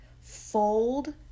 fold